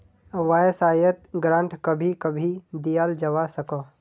वाय्सायेत ग्रांट कभी कभी दियाल जवा सकोह